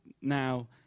now